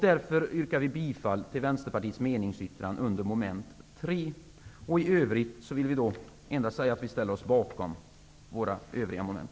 Därför yrkar jag bifall till Vänsterpartiets meningsyttring under moment 3. I övrigt vill jag endast säga att vi ställer oss bakom meningsyttringen vad beträffar övriga moment.